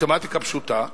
מתמטיקה פשוטה: